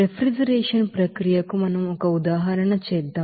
refrigeration ప్రక్రియకు మనం ఒక ఉదాహరణ చేద్దాం